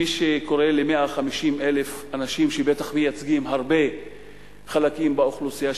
מי שקורא ל-150,000 אנשים שבטח מייצגים הרבה חלקים באוכלוסייה,